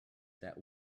that